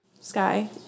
Sky